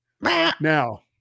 now